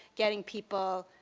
getting people